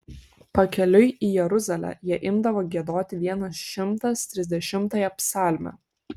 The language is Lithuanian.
pakeliui į jeruzalę jie imdavo giedoti vienas šimtas trisdešimtąją psalmę